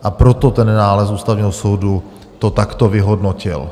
A proto ten nález Ústavního soudu to takto vyhodnotil.